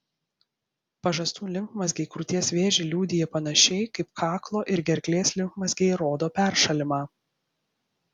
pažastų limfmazgiai krūties vėžį liudija panašiai kaip kaklo ir gerklės limfmazgiai rodo peršalimą